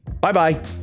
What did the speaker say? Bye-bye